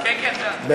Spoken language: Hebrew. כן, כן, בעד.